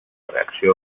reacció